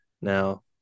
Now